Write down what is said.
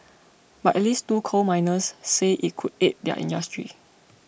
but at least two coal miners say it could aid their industry